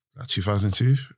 2002